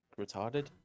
retarded